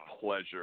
pleasure